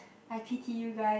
I pity you guys